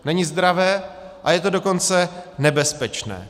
Není zdravé, a je to dokonce nebezpečné.